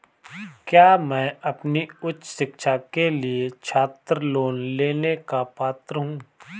क्या मैं अपनी उच्च शिक्षा के लिए छात्र लोन लेने का पात्र हूँ?